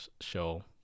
show